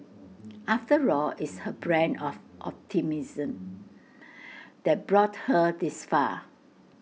after all it's her brand of optimism that brought her this far